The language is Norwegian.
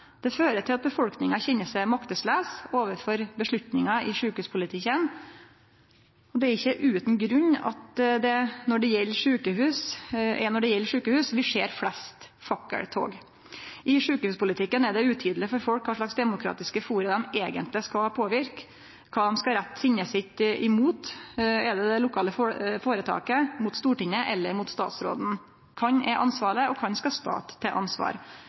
Det fører til at befolkninga kjenner seg makteslause overfor avgjerder i sjukehuspolitikken. Det er ikkje utan grunn at det er når det gjeld sjukehus, vi ser flest fakkeltog. I sjukehuspolitikken er det utydeleg for folk kva slags demokratiske forum dei eigentleg skal påverke, kva dei skal rette sinnet sitt mot. Er det mot det lokale føretaket, mot Stortinget eller mot statsråden? Kven er ansvarleg, og kven skal stå til ansvar?